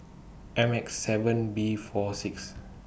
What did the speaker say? M X seven B four six